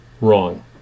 wrong